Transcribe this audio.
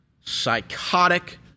psychotic